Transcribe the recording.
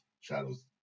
shadows